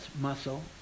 muscle